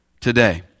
today